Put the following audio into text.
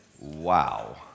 Wow